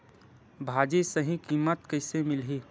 भाजी सही कीमत कइसे मिलही?